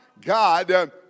God